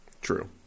True